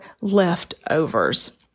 leftovers